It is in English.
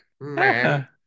man